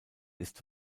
ist